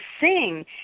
sing